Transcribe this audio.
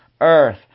earth